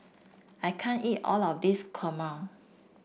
I can't eat all of this kurma